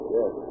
Yes